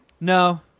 No